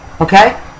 Okay